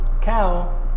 cow